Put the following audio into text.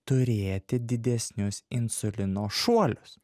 turėti didesnius insulino šuolius